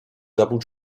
double